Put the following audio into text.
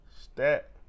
Stat